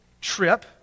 trip